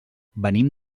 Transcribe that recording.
venim